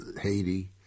Haiti